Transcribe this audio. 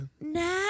Nah